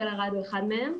תל ערד הוא אחד מהם,